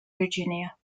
virginia